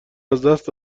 ازدست